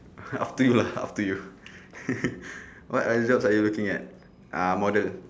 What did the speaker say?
up to you lah up to you what other jobs are you looking at ah model